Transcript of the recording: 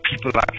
people